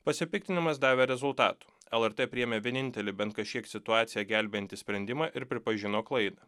pasipiktinimas davė rezultatų lrt priėmė vienintelį bent kažkiek situaciją gelbėjantį sprendimą ir pripažino klaidą